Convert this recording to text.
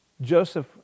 Joseph